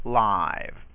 live